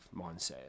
mindset